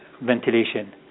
ventilation